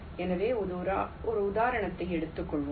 எனவே ஒரு உதாரணத்தை எடுத்துக் கொள்வோம்